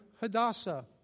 Hadassah